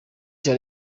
cya